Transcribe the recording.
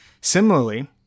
Similarly